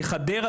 לחדרה,